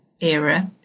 era